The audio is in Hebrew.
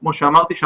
שכמו שאמרתי,